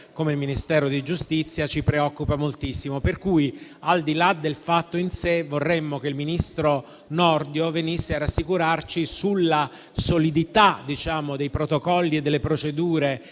del Ministero di giustizia, ci preoccupa moltissimo. Per cui, al di là del fatto in sé, vorremmo che il ministro Nordio venisse a rassicurarci sulla solidità dei protocolli e delle procedure